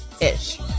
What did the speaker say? ish